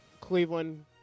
Cleveland